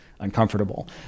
uncomfortable